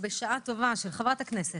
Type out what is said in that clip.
אני הצבעתי בשם חבר הכנסת